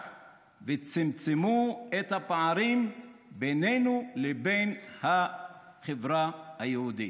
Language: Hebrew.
והצטמצמו הפערים בינינו לבין החברה היהודית.